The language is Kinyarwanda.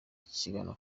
kigana